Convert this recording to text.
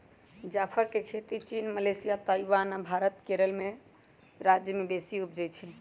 जाफर के खेती चीन, मलेशिया, ताइवान आ भारत मे केरल राज्य में बेशी उपजै छइ